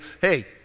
hey